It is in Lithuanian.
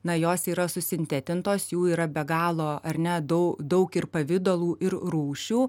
na jos yra susintetintos jų yra be galo ar ne daug daug ir pavidalų ir rūšių